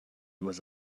was